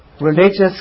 religious